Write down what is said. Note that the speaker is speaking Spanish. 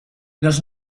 los